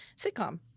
sitcom